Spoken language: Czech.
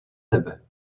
tebe